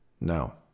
No